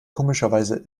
komischerweise